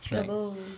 sure bo